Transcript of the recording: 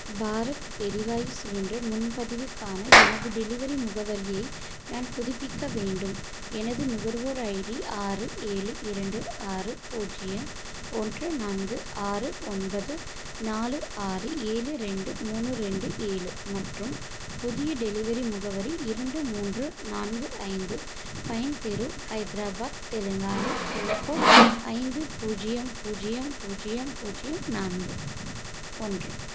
பாரத் எரிவாயு சிலிண்டர் முன்பதிவுக்கான எனது டெலிவரி முகவரியை நான் புதுப்பிக்க வேண்டும் எனது நுகர்வோர் ஐடி ஆறு ஏழு இரண்டு ஆறு பூஜ்ஜியம் ஒன்று நான்கு ஆறு ஒன்பது நாலு ஆறு ஏழு ரெண்டு மூணு ரெண்டு ஏழு மற்றும் புதிய டெலிவரி முகவரி இரண்டு மூன்று நான்கு ஐந்து பைன் தெரு ஹைதராபாத் தெலுங்கானா பின்கோட் ஐந்து பூஜ்ஜியம் பூஜ்ஜியம் பூஜ்ஜியம் பூஜ்ஜியம் நான்கு ஒன்று